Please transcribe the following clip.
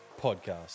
Podcast